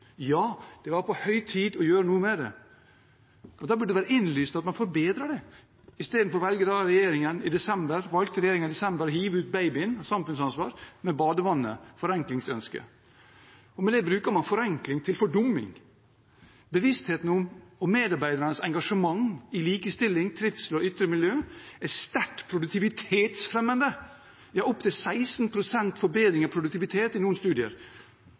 Ja, det var på høy tid å gjøre noe med det. Da burde det være innlysende at man forbedret det. I stedet valgte regjeringen i desember å hive ut babyen, samfunnsansvaret, med badevannet, forenklingsønsket. Med det bruker man forenkling til fordumming. Bevisstheten om og medarbeidernes engasjement i likestilling, trivsel og ytre miljø er sterkt produktivitetsfremmende. Det er opptil 16 pst. forbedring av produktivitet i noen studier.